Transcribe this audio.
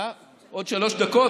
עוד שלוש דקות?